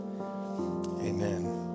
amen